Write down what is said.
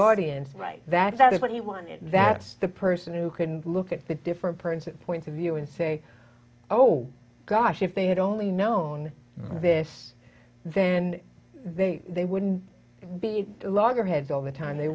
audience right that that is what you wanted that's the person who can look at the different prints that point of view and say oh gosh if they had only known this then they they wouldn't be longer heads all the time they